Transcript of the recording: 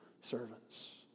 servants